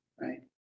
right